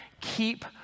Keep